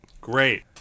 Great